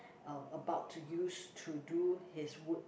uh about to use to do his wood